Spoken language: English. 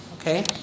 Okay